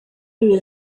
lui